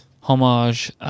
Homage